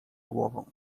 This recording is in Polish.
głową